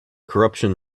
corruption